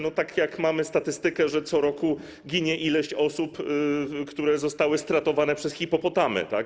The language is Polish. To tak jak mamy statystykę, że co roku ginie ileś osób, które zostały stratowane przez hipopotamy, tak?